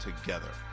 together